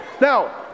Now